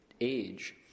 age